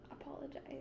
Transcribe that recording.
apologize